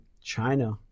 China